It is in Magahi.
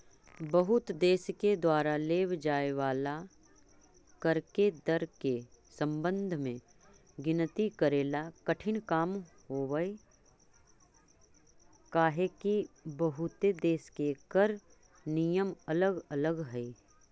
बहुते देश के द्वारा लेव जाए वाला कर के दर के संबंध में गिनती करेला कठिन काम हावहई काहेकि बहुते देश के कर नियम अलग अलग हई